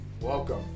welcome